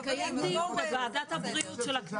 נקיים דיון בוועדת הבריאות של הכנסת.